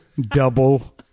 Double